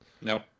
No